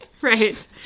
Right